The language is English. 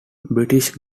british